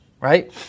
right